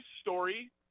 story